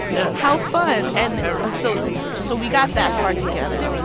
yeah how fun. and ah so so we got that part together.